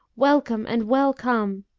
welcome and well come